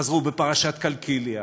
חזרו בפרשת קלקיליה,